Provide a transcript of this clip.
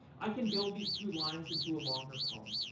i can build these two lines into a longer poem,